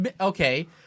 Okay